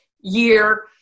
year